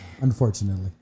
unfortunately